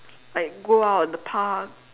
like go out the park